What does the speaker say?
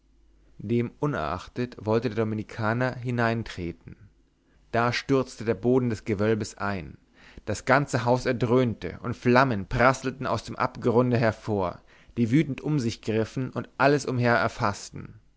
demunerachtet wollte der dominikaner hineintreten da stürzte der boden des gewölbes ein daß das ganze haus erdröhnte und flammen prasselten aus dem abgrunde hervor die wütend um sich griffen und alles rings umher erfaßten